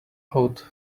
out